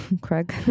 Craig